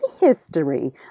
history